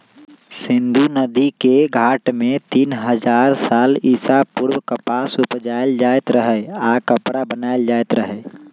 सिंधु नदिके घाट में तीन हजार साल ईसा पूर्व कपास उपजायल जाइत रहै आऽ कपरा बनाएल जाइत रहै